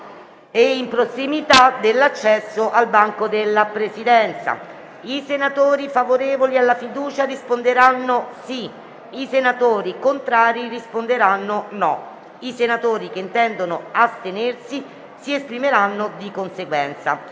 e in prossimità dell'accesso al banco della Presidenza. I senatori favorevoli alla fiducia risponderanno sì, i senatori contrari risponderanno no. I senatori che intendono attenersi si esprimeranno di conseguenza.